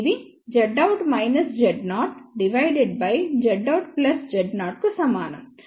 ఇది Zout Z0 divided by Zout Z0 కు సమానం